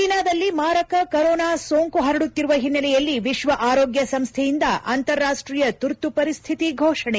ಚೀನಾದಲ್ಲಿ ಮಾರಕ ಕರೋನಾ ಸೋಂಕು ಹರಡುತ್ತಿರುವ ಹಿನ್ನೆಲೆಯಲ್ಲಿ ವಿಶ್ಲ ಆರೋಗ್ಯ ಳು ಸಂಸ್ತೆಯಿಂದ ಅಂತಾರಾಷ್ತೀಯ ತುರ್ತು ಪರಿಸ್ತಿತಿ ಘೋಷಣೆ